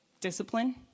discipline